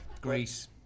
Greece